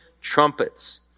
trumpets